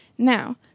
Now